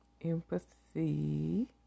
Empathy